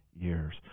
years